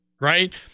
right